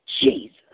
Jesus